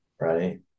right